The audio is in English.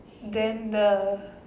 then the